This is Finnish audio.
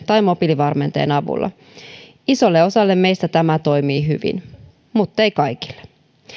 tai mobiilivarmenteen avulla isolle osalle meistä tämä toimii hyvin muttei kaikille